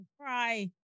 cry